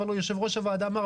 אבל יושב ראש הוועדה אמר,